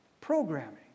Programming